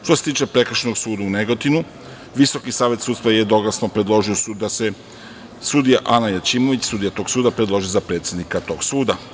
Što se tiče Prekršajnog suda u Negotinu, Visoki savet sudstva jednoglasno je predložio da se sudija Ana Jaćimović, sudija tog suda, predloži za predsednika tog suda.